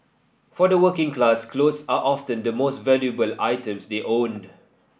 for the working class clothes are often the most valuable items they owned